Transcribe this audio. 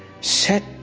Set